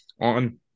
on